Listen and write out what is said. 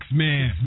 man